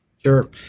Sure